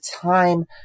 time